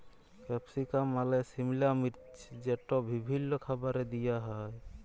capsicum মালে সিমলা মির্চ যেট বিভিল্ল্য খাবারে দিঁয়া হ্যয়